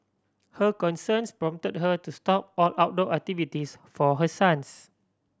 her concerns prompted her to stop all outdoor activities for her sons